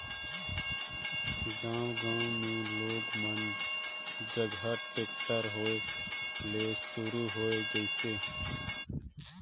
गांव गांव मे लोग मन जघा टेक्टर होय ले सुरू होये गइसे